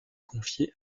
confiée